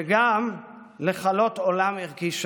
וגם לכלות עולם ערכי שלם.